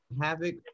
Havoc